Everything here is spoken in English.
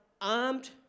armed